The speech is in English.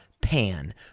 Pan